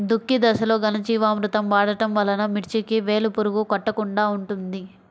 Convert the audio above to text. దుక్కి దశలో ఘనజీవామృతం వాడటం వలన మిర్చికి వేలు పురుగు కొట్టకుండా ఉంటుంది?